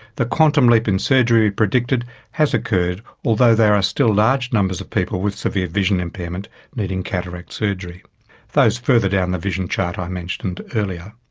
the quantum leap in surgery predicted has occurred although there are still large numbers of people with severe vision impairment needing cataract surgery those further down the vision chart i mentioned earlier.